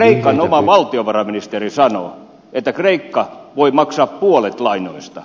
kreikan oma valtiovarainministeri sanoo että kreikka voi maksaa puolet lainoista